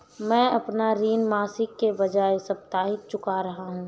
मैं अपना ऋण मासिक के बजाय साप्ताहिक चुका रहा हूँ